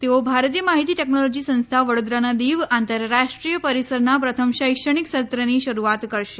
તેઓ ભારતીય માહિતી ટેકનોલોજી સંસ્થા વડોદરાના દીવ આંતરરાષ્ટ્રીય પરિસરના પ્રથમ શૈક્ષણિક સત્રની શરૂઆત કરશે